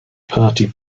party